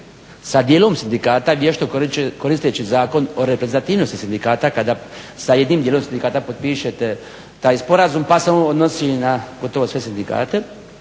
sa dijelom sindikata vješto koristeći Zakon o reprezentativnosti sindikata kada sa jednim dijelom sindikata potpišete taj sporazum pa se on odnosi na gotovo sve sindikate